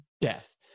death